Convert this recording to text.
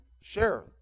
share